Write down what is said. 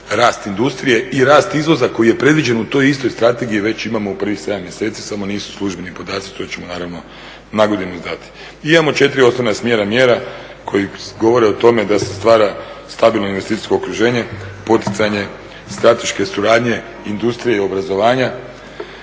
rast industrije i rast izvoza koji je predviđen u toj istoj strategiji već imamo u prvih 7 mjeseci, samo nisu službeni podaci, to ćemo naravno nagodinu dati. Imamo 4 osnovna smjera mjera koje govore o tome da se stvara stabilno investicijsko okruženje, poticanje strateške suradnje, industrije i obrazovanja,